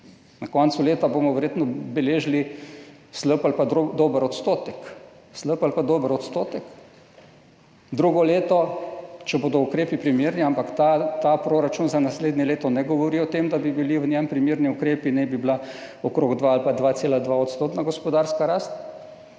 Na koncu leta bomo verjetno beležili slab ali pa dober odstotek. Drugo leto, če bodo ukrepi primerni, ampak ta proračun za naslednje leto ne govori o tem, da bi bili v njem primerni ukrepi, na bi bila okrog 2 ali pa 2,2-odstotna gospodarska rast,